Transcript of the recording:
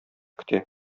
көтә